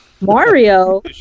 Mario